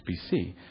BC